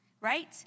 Right